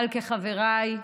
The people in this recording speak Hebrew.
אבל כחבריי,